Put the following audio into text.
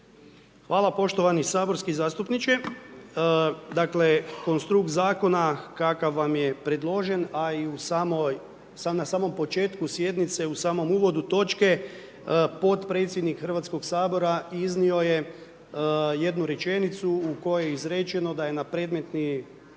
Hvala poštovani saborski zastupniče. Dakle, konstrukt zakona kakav vam je predložen a i na samom početku sjednice u samom uvodu točke, potpredsjednik Hrvatskog sabora iznio je jednu rečenicu u kojoj je izrečeno da je na predmetni